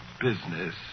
business